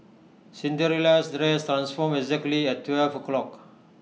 Cinderella's dress transformed exactly at twelve o' clock